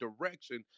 direction